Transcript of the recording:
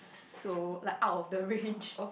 so like out of the range